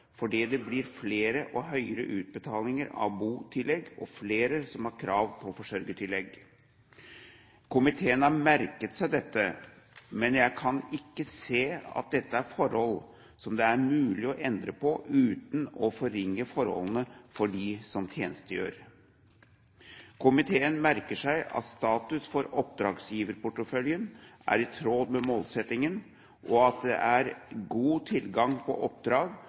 fordi det blir flere og høyere utbetalinger av botillegg og flere som har krav på forsørgertillegg. Komiteen har merket seg dette, men jeg kan ikke se at dette er forhold som det er mulig å endre på, uten å forringe forholdene for dem som tjenestegjør. Komiteen har merket seg at status for oppdragsgiverporteføljen er i tråd med målsettingen, at det er god tilgang på oppdrag,